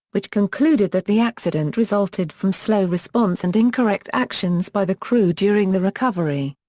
which concluded that the accident resulted from slow response and incorrect actions by the crew during the recovery.